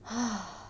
!hais!